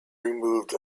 removed